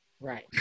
Right